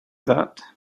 that